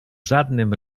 żadnym